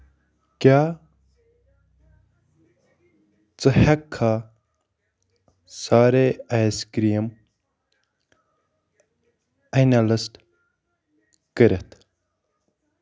کیٛاہ ژٕ ہیٚککھا ساری آیِس کرٛیٖم اٮ۪نلٕسٹ کٔرِتھ